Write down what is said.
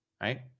right